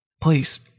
Please